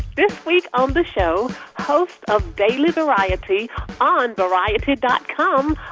this week on the show, host of daily variety on variety dot com,